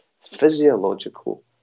Physiological